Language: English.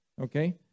Okay